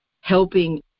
helping